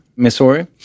Missouri